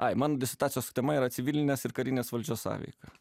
ai man disertacijos tema yra civilinės ir karinės valdžios sąveika